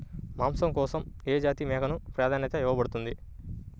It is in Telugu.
మాంసం కోసం ఏ జాతి మేకకు ప్రాధాన్యత ఇవ్వబడుతుంది?